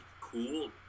cool